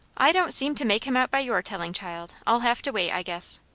i don't seem to make him out by your telling, child. i'll have to wait, i guess.